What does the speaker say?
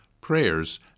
prayers